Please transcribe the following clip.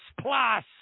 plus